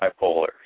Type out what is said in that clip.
bipolar